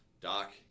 doc